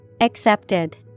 Accepted